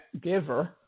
giver